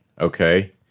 Okay